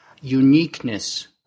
uniqueness